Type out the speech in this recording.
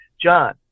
John